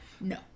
no